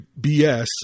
BS